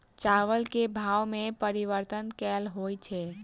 चावल केँ भाव मे परिवर्तन केल होइ छै?